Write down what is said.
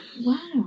Wow